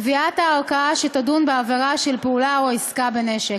קביעת הערכאה שתדון בעבירה של פעולה או עסקה בנשק.